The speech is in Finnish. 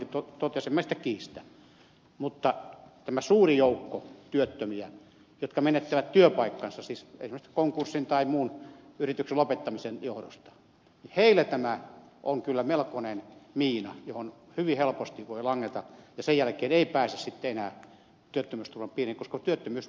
satonenkin totesi en minä sitä kiistä mutta tälle suurelle joukolle työttömiä jotka menettävät työpaikkansa esimerkiksi konkurssin tai muun yrityksen lopettamisen johdosta tämä on kyllä melkoinen miina johon hyvin helposti voi langeta ja sen jälkeen ei pääse sitten enää työttömyysturvan piiriin koska työttömyysturvapäivät ovat kuluneet